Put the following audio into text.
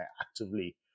actively